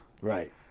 Right